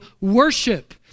worship